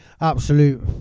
absolute